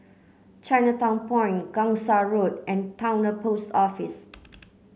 Chinatown Point Gangsa Road and Towner Post Office